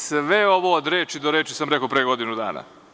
Sve ovo od reči do reči sam reko pre godinu dana.